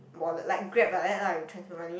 wallet like Grab like that lah you transfer money